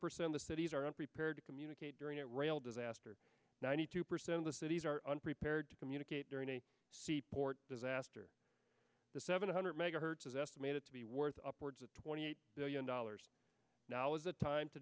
percent of cities are unprepared to communicate during a rail disaster ninety two percent of the cities are unprepared to communicate during a sea port disaster the seven hundred megahertz is estimated to be worth upwards of twenty eight billion dollars now is the time to